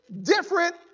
different